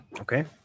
Okay